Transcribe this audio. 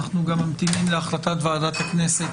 אנחנו גם ממתינים להחלטת ועדת הכנסת